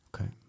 Okay